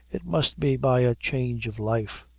it must be by a change of life.